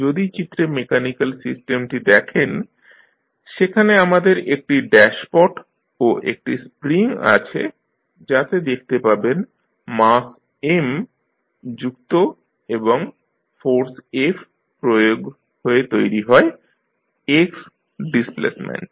যদি চিত্রে মেকানিক্যাল সিস্টেমটি দেখেন সেখানে আমাদের একটি ড্যাসপট ও একটি স্প্রিং আছে যাতে দেখতে পাবেন মাস M যুক্ত এবং ফোর্স F প্রয়োগ হয়ে তৈরি হয় x ডিসপ্লেসমেন্ট